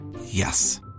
Yes